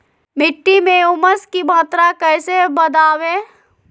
मिट्टी में ऊमस की मात्रा कैसे बदाबे?